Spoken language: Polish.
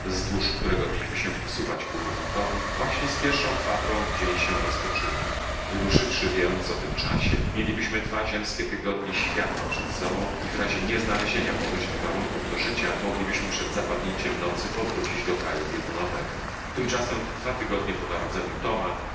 wzdłuż którego mieliśmy się posuwać ku równikowi właśnie z pierwszą kwadrą dzień się rozpoczyna wyruszywszy więc o tym czasie mielibyśmy dwa ziemskie tygodnie światła przed sobą i w razie nieznalezienia pomyślnych warunków do życia moglibyśmy przed zapadnięciem nocy powrócić do kraju biegunowego tymczasem w dwa tygodnie po narodzeniu toma